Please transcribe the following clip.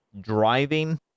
driving